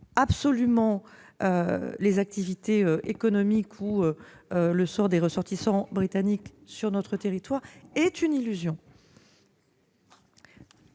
absolument les activités économiques ou le sort des ressortissants britanniques sur notre territoire est une illusion.